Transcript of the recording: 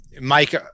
Mike